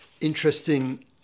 interesting